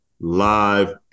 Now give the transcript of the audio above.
live